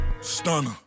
Stunner